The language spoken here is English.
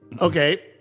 Okay